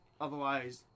Otherwise